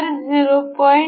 तर 0